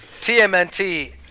TMNT